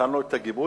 נתן לו את הגיבוי,